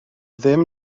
ddim